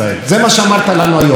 באשקלון ובבאר שבע שקט,